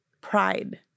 pride